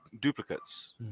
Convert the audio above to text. duplicates